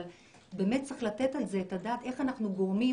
אבל צריך לתת על זה את הדעת איך אנחנו גורמים